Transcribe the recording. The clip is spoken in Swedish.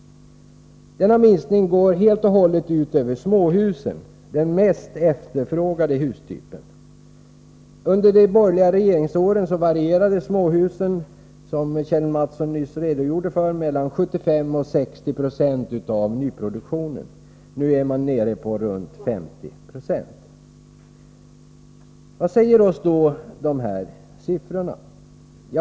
Denna minskning går helt och hållet ut över småhusen — den mest efterfrågade hustypen. Under de borgerliga regeringsåren varierade andelen småhus, som Kjell Mattsson nyss redogjorde för, mellan 75 och 60 90 av nyproduktionen. Nu är man nere på ca 50 96. Vad säger oss dessa siffror?